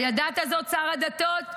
הידעת זאת, שר הדתות?